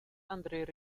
andre